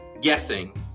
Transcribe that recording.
guessing